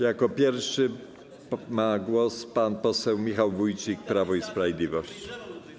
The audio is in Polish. Jako pierwszy ma głos pan poseł Michał Wójcik, Prawo i Sprawiedliwość.